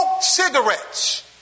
cigarettes